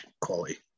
quality